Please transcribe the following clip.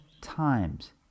times